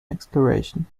exploration